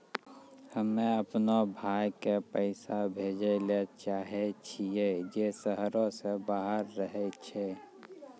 हम्मे अपनो भाय के पैसा भेजै ले चाहै छियै जे शहरो से बाहर रहै छै